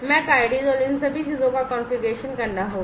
MAC ID और इन सभी चीजों को कॉन्फ़िगर करना होगा